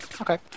Okay